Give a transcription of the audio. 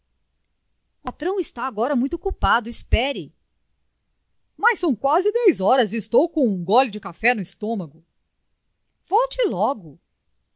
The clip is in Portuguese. patrão está agora muito ocupado espere mas são quase dez horas e estou com um gole de café no estômago volte logo